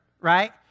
right